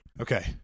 Okay